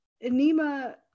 anima